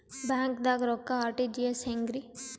ಬ್ಯಾಂಕ್ದಾಗ ರೊಕ್ಕ ಆರ್.ಟಿ.ಜಿ.ಎಸ್ ಹೆಂಗ್ರಿ?